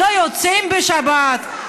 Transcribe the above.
לא יוצאים בשבת?